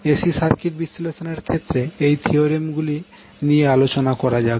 AC circuit বিশ্লেষণের ক্ষেত্রে এই থিওরেমগুলি নিয়ে আলোচনা করা যাক